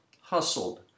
hustled